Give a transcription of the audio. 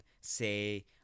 say